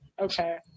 okay